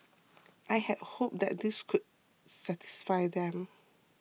I had hoped that this could satisfy them